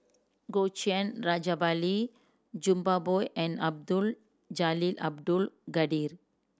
Goh Yihan Rajabali Jumabhoy and Abdul Jalil Abdul Kadir